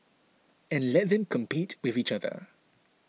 and let them compete with each other